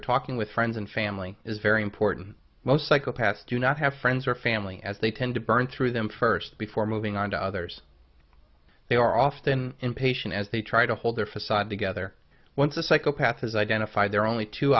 or talking with friends and family is very important most psychopaths do not have friends or family as they tend to burn through them first before moving onto others they are often impatient as they try to hold their facade together once a psychopath is identified there are only two